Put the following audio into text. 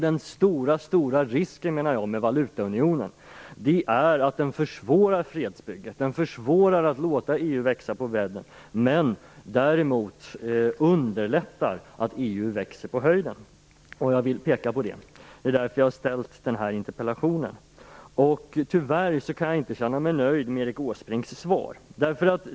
Den stora risken med valutaunionen är att den försvårar fredsbygget och försvårar att låta EU växa på bredden. Däremot underlättar den att EU växer på höjden. Jag vill peka på detta, och det är därför jag har ställt interpellationen. Tyvärr kan jag inte känna mig nöjd med Erik Åsbrinks svar.